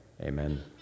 amen